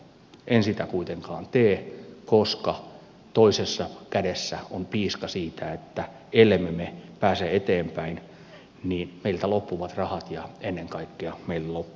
en sitä kuitenkaan tee koska toisessa kädessä on piiska siitä että ellemme me pääse eteenpäin niin meiltä loppuvat rahat ja ennen kaikkea meiltä loppuvat osaajat